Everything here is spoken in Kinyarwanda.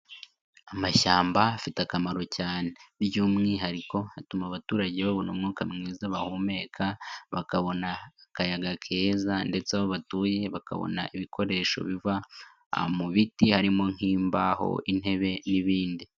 Amashyamba afite akamaro cyane by'umwihariko atuma abaturage babona umwuka mwiza bahumeka, bakabona akayaga keza ndetse aho batuye bakabona ibikoresho biva mu biti harimo nk'imbaho, intebe n'ibindi.